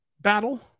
battle